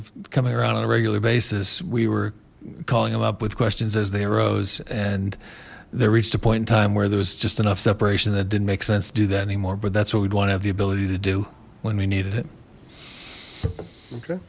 of coming around on a regular basis we were calling him up with questions as they arose and there reached a point in time where there was just enough separation that didn't make sense to do that anymore but that's what we'd want to have the ability to do when we needed him okay